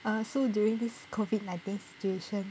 uh so during this COVID nineteen situation